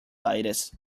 aires